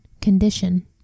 condition